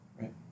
right